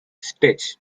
stitch